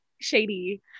shady